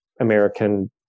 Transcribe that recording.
American